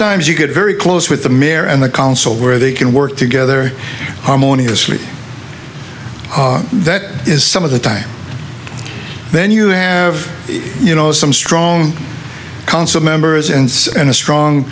times you get very close with the mayor and the council where they can work together harmoniously that is some of the time then you have you know some strong council members and a strong